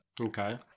Okay